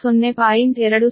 20 p